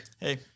Hey